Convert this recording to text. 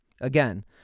Again